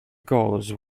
goals